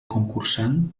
concursant